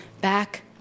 back